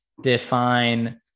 define